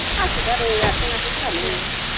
सासो गारो आथिं आखाइफोरानो